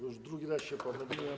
Już drugi raz się pomyliłem.